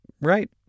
Right